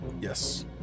Yes